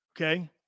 Okay